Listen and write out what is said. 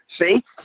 See